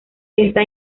está